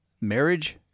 marriage